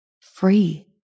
free